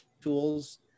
tools